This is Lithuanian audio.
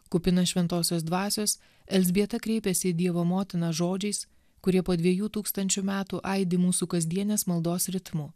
kupina šventosios dvasios elzbieta kreipėsi į dievo motiną žodžiais kurie po dviejų tūkstančių metų aidi mūsų kasdienės maldos ritmu